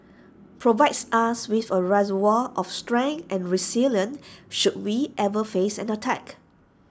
provides us with A reservoir of strength and resilience should we ever face an attack